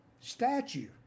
statue